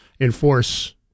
enforce